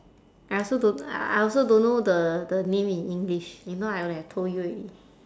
I also don't I also don't know the the name in english if not I would have told you already